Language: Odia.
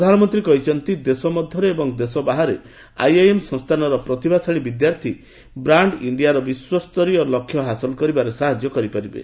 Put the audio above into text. ପ୍ରଧାନମନ୍ତ୍ରୀ କହିଛନ୍ତି ଦେଶ ମଧ୍ୟରେ ଏବଂ ଦେଶ ବାହାରେ ଆଇଆଇଏମ୍ ସଂସ୍ଥାନର ପ୍ରତିଭାଶାଳୀ ବିଦ୍ୟାର୍ଥୀ 'ବ୍ରାଣ୍ଡ୍ ଇଣ୍ଡିଆ'ର ବିଶ୍ୱସ୍ତରୀୟ ଲକ୍ଷ ହାସଲ କରିବାରେ ସାହାଯ୍ୟ କରିପାରିବେ